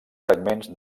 fragments